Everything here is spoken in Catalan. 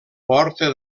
porta